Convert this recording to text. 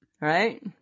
Right